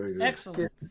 Excellent